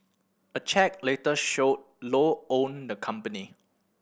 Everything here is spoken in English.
a check later showed Low owned the company